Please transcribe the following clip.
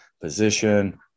position